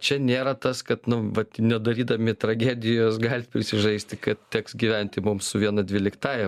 čia nėra tas kad nu vat nedarydami tragedijos gali prisižaisti kad teks gyventi mums su viena dvyliktąja